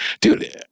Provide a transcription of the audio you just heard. dude